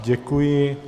Děkuji.